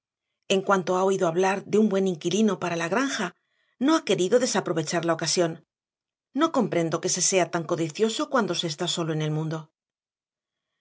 en cuanto ha oído hablar de un buen inquilino para la granja no ha querido desaprovechar la ocasión no comprendo que sea tan codicioso cuando se está solo en el mundo